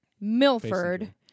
Milford